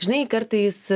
žinai kartais